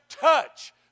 touch